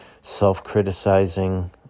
self-criticizing